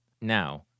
Now